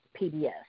PBS